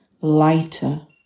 lighter